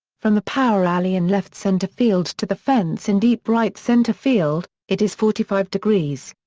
from the power alley in left center field to the fence in deep right center field, it is forty five degrees.